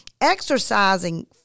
Exercising